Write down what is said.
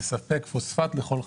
תספק פוספט לכל חברה.